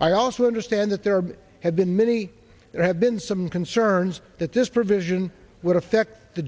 i also understand that there have been many that have been some concerns that this provision would affect the